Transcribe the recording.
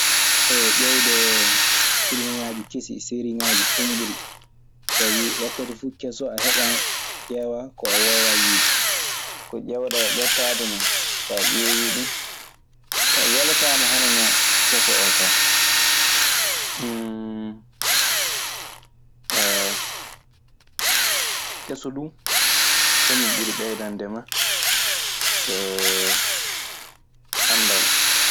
Hay, ƴeewde filmuŋaaji kesi e seriŋaaji, ɗun ɓuri. Sabi, wakkati fuu keso, a heɓan ƴeewaa ko a woowaa yiide. Ko ƴeewɗaa e ɓettaade ne, so a ƴeewii ɗun welataama hono no keso oo kaa. Keso duu kañun ɓuri ɓeydande ma anndal.